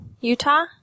Utah